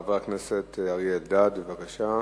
חבר הכנסת אריה אלדד, בבקשה.